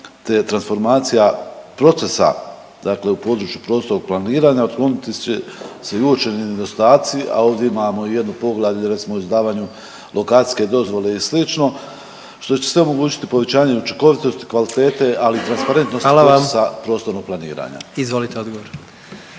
te transformacija procesa dakle u području prostornog planiranja otkloniti će se i uočeni nedostaci, a ovdje imamo i jedno poglavlje recimo o izdavanju lokacijske dozvole i slično, što će sve omogućiti povećanje učinkovitosti, kvalitete, ali i transparentnosti procesa prostornog…/Upadica predsjednik: Hvala